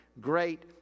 Great